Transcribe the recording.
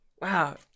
Wow